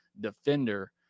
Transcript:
defender